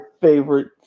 favorite